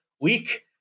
week